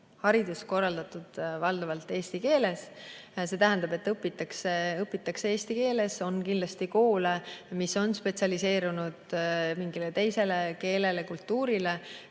haridus korraldatud valdavalt eesti keeles. See tähendab, et õpitakse eesti keeles. On kindlasti ka koole, mis on spetsialiseerunud mingile teisele keelele ja kultuurile